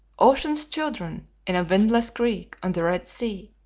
ocean's children, in a windless creek on the red sea,